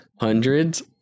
Hundreds